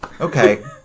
okay